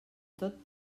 tot